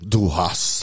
Duhas